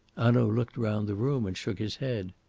hanaud looked round the room and shook his head.